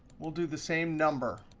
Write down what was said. we'll do the same number.